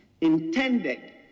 intended